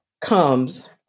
comes